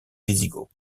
wisigoth